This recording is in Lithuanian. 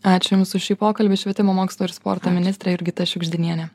ačiū jums už šį pokalbį švietimo mokslo ir sporto ministrė jurgita šiugždinienė